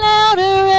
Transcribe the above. Louder